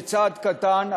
זה צעד קטן,